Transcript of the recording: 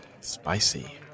spicy